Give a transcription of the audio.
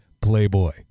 playboy